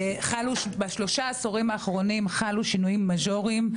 בשלושה עשורים האחרונים חלו שינויים מז'וריים,